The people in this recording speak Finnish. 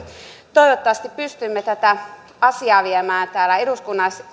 toivottavasti pystymme tätä asiaa viemään täällä